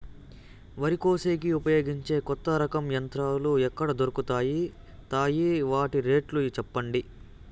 వరి కోసేకి ఉపయోగించే కొత్త రకం యంత్రాలు ఎక్కడ దొరుకుతాయి తాయి? వాటి రేట్లు చెప్పండి?